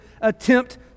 attempt